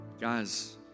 guys